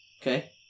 Okay